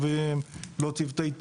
לא צוותי חירום ישוביים,